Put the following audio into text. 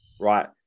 right